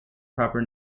proper